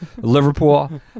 Liverpool